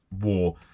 war